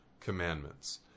commandments